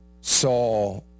saw